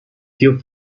few